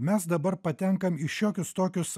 mes dabar patenkam į šiokius tokius